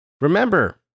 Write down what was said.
Remember